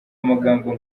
amagambo